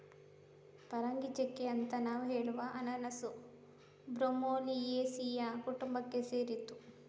ಪರಂಗಿಚೆಕ್ಕೆ ಅಂತ ನಾವು ಹೇಳುವ ಅನನಾಸು ಬ್ರೋಮೆಲಿಯೇಸಿಯ ಕುಟುಂಬಕ್ಕೆ ಸೇರಿದ್ದು